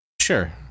Sure